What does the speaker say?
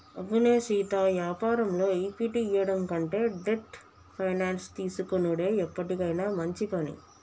అవునే సీతా యాపారంలో ఈక్విటీ ఇయ్యడం కంటే డెట్ ఫైనాన్స్ తీసుకొనుడే ఎప్పటికైనా మంచి పని